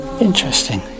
Interesting